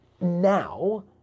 now